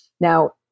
Now